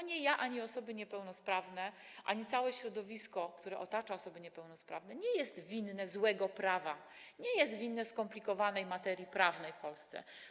Ani ja, ani osoby niepełnosprawne, ani całe środowisko, które otacza osoby niepełnosprawne, nie jesteśmy winni złego prawa, nie jesteśmy winni skomplikowanej materii prawnej w Polsce.